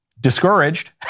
discouraged